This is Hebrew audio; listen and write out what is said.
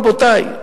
רבותי,